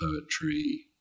poetry